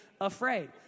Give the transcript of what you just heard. afraid